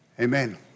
Amen